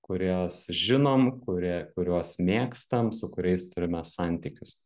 kurie žinom kurie kuriuos mėgstam su kuriais turime santykius